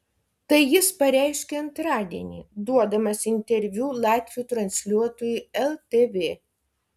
tai jis pareiškė antradienį duodamas interviu latvių transliuotojui ltv